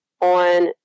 on